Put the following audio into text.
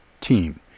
team